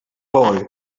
boy